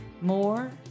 more